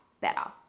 better